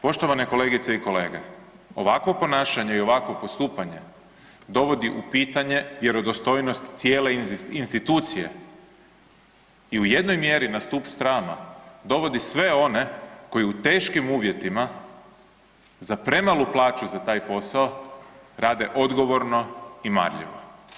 Poštovane kolegice i kolege ovakvo ponašanje i ovakvo postupanje dovodi u pitanje vjerodostojnost cijele institucije i u jednoj mjeri na stup srama dovodi sve one koji u teškim uvjetima za premalu plaću za taj posao rade odgovorno i marljivo.